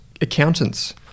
accountants